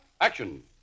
action